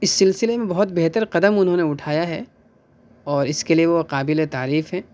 اِس سلسلے میں بہت بہتر قدم انہوں نے اٹھایا ہے اور اِس کے لیے وہ قابلِ تعریف ہیں